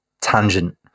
tangent